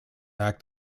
act